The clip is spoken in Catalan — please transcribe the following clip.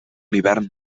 hivern